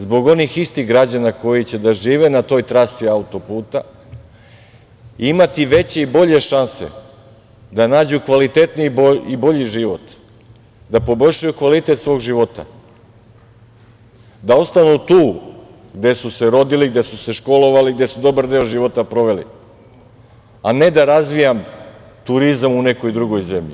Zbog onih istih građana koji će da žive na toj trasi auto-puta, imati veće i bolje šanse da nađu kvalitetniji i bolji život, da poboljšaju kvalitet svog života, da ostanu tu gde su se rodili, gde su se školovali, gde su dobar deo života proveli, a ne da razvijamo turizam u nekoj drugoj zemlji.